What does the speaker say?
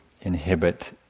inhibit